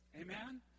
Amen